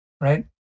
right